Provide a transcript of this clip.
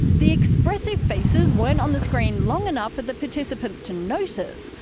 the expressive faces weren't on the screen long enough for the participants to notice,